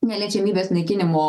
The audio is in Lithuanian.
neliečiamybės naikinimo